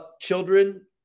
children